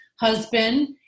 husband